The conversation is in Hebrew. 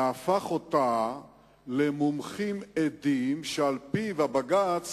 והפך אותם למומחים עדים שעל-פיהם הבג"ץ